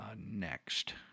next